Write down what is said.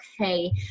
okay